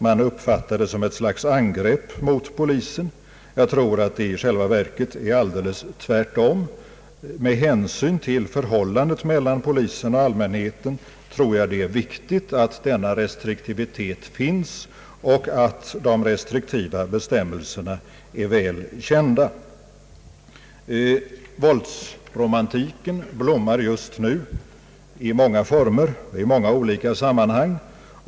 Man uppfattar det som ett slags angrepp mot polisen. Jag tror att det i själva verket är alldeles tvärtom. Med hänsyn till förhållandet mellan polisen och allmän heten är det viktigt att det finns restriktiva bestämmelser och att dessa är väl kända. Våldsromantiken blommar just nu i många olika former och i många olika sammanhang.